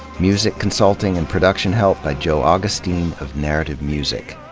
music consulting and production help by joe augustine of narrative music.